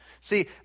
See